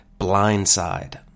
Blindside